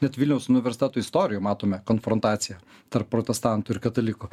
net viliaus universiteto istorijoj matome konfrontaciją tarp protestantų ir katalikų